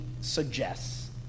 suggests